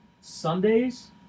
Sundays